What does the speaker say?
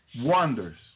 wonders